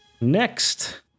Next